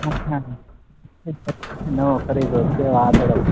નવો ખરીદવો જ છે હવે આ થોડોક